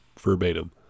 Verbatim